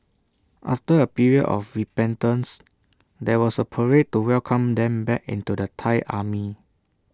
after A period of repentance there was A parade to welcome them back into the Thai army